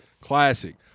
classic